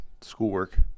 schoolwork